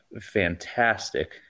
fantastic